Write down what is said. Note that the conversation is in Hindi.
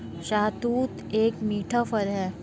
शहतूत एक मीठा फल है